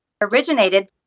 originated